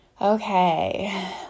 Okay